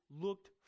looked